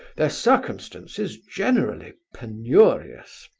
their circumstances generally penurious.